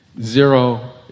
Zero